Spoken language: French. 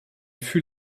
fut